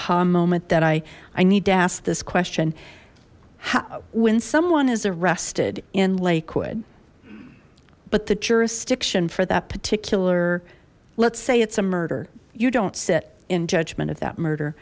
a moment that i i need to ask this question when someone is arrested in lakewood but the jurisdiction for that particular let's say it's a murder you don't sit in judgment of that murder